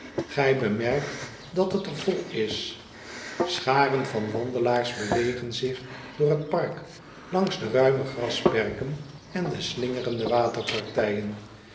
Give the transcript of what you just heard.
ij bemerkt dat het er vol is charen van wandelaars bewegen zich door het park langs de ruime grasperken en de slingerende